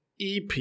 EP